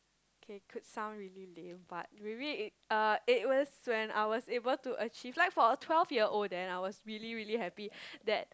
K could sound really lame but maybe uh it was when I was able to achieve like for a twelve year old then I was really really happy that